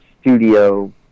studio